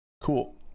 Cool